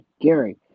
Gary